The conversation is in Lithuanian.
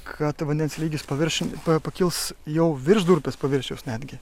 kad vandens lygis paviršiumi tuoj pakils jau virš durpės paviršiaus netgi